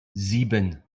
sieben